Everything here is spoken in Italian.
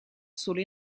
solo